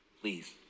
Please